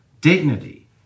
dignity